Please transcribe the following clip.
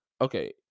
okay